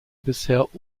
bisher